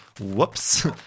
Whoops